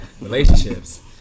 Relationships